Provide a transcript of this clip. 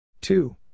two